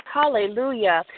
hallelujah